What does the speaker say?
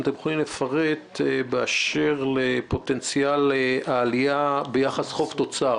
אם תוכל לפרט באשר לפוטנציאל העלייה ביחס חוב תוצר.